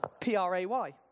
P-R-A-Y